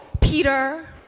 Peter